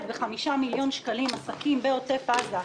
ב-5 מיליון שקלים עסקים בעוטף עזה,